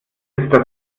ist